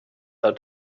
how